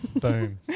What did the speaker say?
Boom